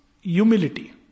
humility